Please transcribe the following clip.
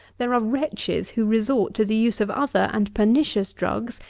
there are wretches who resort to the use of other and pernicious drugs,